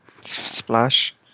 Splash